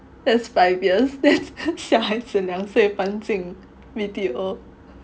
that's five years then 小孩子两岁半进 B_T_O